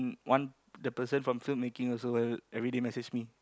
one the person from film making also will everyday message me